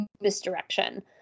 misdirection